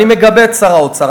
אני מגבה את שר האוצר,